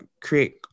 create